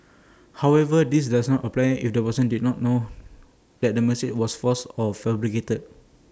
however this does not apply if the person did not know that the message was false or fabricated